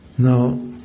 Now